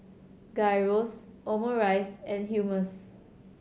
Gyros Omurice and Hummus